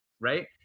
right